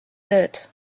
tööd